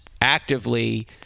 actively